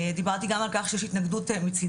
דיברתי גם על כך שיש התנגדות מצידם,